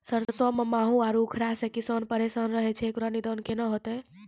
सरसों मे माहू आरु उखरा से किसान परेशान रहैय छैय, इकरो निदान केना होते?